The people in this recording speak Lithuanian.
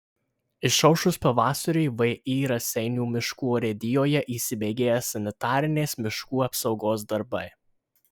išaušus pavasariui vį raseinių miškų urėdijoje įsibėgėja sanitarinės miškų apsaugos darbai